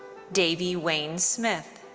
davey wayne smith.